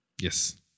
Yes